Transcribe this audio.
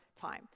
time